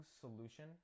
solution